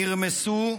נרמסו,